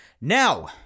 Now